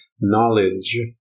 knowledge